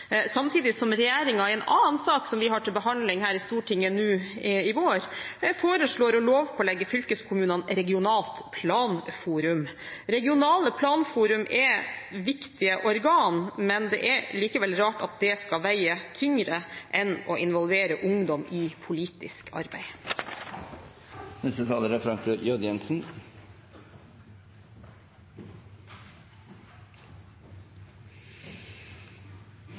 samtidig som regjeringen i en annen sak vi har til behandling her i Stortinget nå i vår, foreslår å lovpålegge fylkeskommunene regionalt planforum. Regionale planfora er viktige organ, men det er likevel rart at det skal veie tyngre enn å involvere ungdom i politisk arbeid.